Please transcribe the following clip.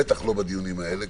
בטח לא בדיונים האלה,